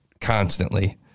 constantly